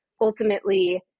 ultimately